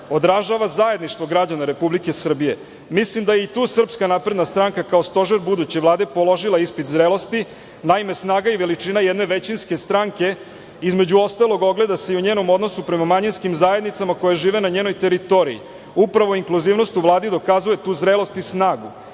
Odražava zajedništvo građana Republike Srbije. Mislim da je i tu SNS, kao stožer buduće Vlade, položila ispit zrelosti. Naime, snaga i veličina jedne većinske stranke, između ostalog, ogleda se i u njenom odnosu prema manjinskim zajednicama koje žive na njenoj teritoriji. Upravo inkluzivnost u Vladi dokazuje tu zrelost i snagu.